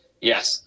Yes